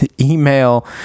email